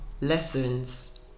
lessons